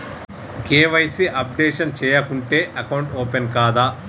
KYC updation చేయకుంటే account open కాదా?